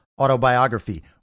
autobiography